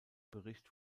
bericht